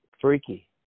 freaky